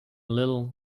little